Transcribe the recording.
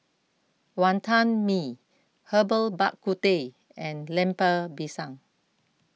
Wantan Mee Herbal Bak Ku Teh and Lemper Pisang